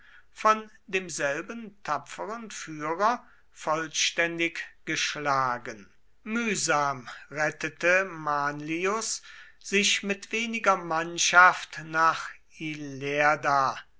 von demselben tapferen führer vollständig geschlagen mühsam rettete manlius sich mit weniger mannschaft nach ilerda